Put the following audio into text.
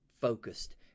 focused